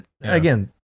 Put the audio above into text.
Again